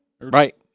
Right